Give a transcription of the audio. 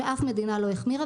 שאף מדינה לא החמירה,